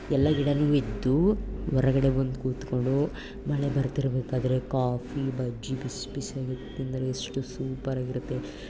ಎಲ್ಲ ಗಿಡವೂ ಇದ್ದು ಹೊರಗಡೆ ಬಂದು ಕೂತ್ಕೊಂಡು ಮಳೆ ಬರ್ತಿರಬೇಕಾದ್ರೆ ಕಾಫಿ ಬಜ್ಜಿ ಬಿಸಿ ಬಿಸಿಯಾಗಿ ತಿಂದರೆ ಎಷ್ಟು ಸೂಪಾರಾಗಿ ಇರುತ್ತೆ